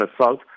assault